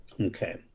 Okay